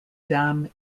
dam